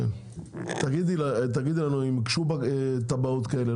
תגידי לנו אם הוגשו תב"עות כאלה,